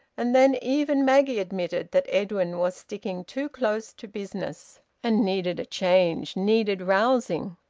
and then even maggie admitted, that edwin was sticking too close to business and needed a change, needed rousing.